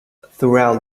throughout